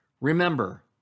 Remember